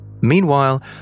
Meanwhile